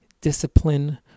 discipline